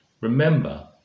Remember